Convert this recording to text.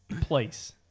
place